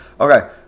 Okay